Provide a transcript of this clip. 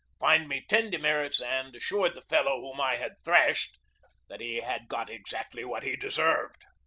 fined me ten de merits, and assured the fellow whom i had thrashed that he had got exactly what he deserved.